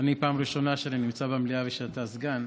פעם ראשונה שאני נמצא במליאה כשאתה סגן.